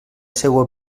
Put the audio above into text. seua